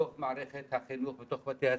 בתוך מערכת החינוך, בתוך בתי הספר.